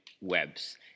webs